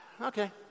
okay